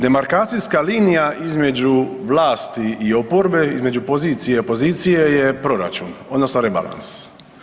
Demarkacijska linija između vlasti i oporbe, između pozicije i opozicije je proračun odnosno rebalans.